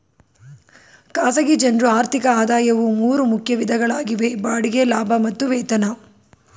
ಖಾಸಗಿ ಜನ್ರು ಆರ್ಥಿಕ ಆದಾಯವು ಮೂರು ಮುಖ್ಯ ವಿಧಗಳಾಗಿವೆ ಬಾಡಿಗೆ ಲಾಭ ಮತ್ತು ವೇತನ